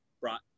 brought